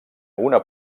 una